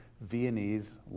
Viennese